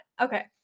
okay